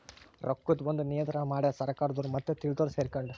ರೊಕ್ಕದ್ ಒಂದ್ ನಿಯಂತ್ರಣ ಮಡ್ಯಾರ್ ಸರ್ಕಾರದೊರು ಮತ್ತೆ ತಿಳ್ದೊರು ಸೆರ್ಕೊಂಡು